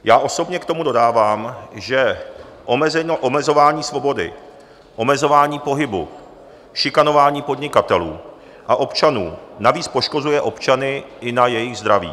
Já osobně k tomu dodávám, že omezování svobody, omezování pohybu, šikanování podnikatelů a občanů navíc poškozuje občany i na jejich zdraví.